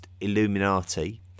Illuminati